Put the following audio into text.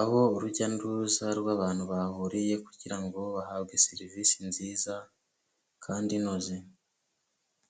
aho urujya n'uruza rw'abantu bahuriye kugira ngo bahabwe serivisi nziza kandi inoze.